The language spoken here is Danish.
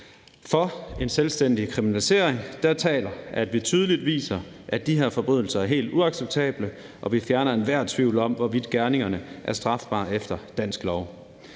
For en selvstændig kriminalisering taler, at vi tydeligt viser, at de her forbrydelser er helt uacceptable, og at vi fjerner enhver tvivl om, hvorvidt gerningerne er strafbare efter dansk lov.